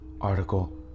article